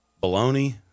bologna